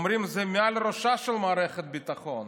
אומרים: זה מעל ראשה של מערכת הביטחון.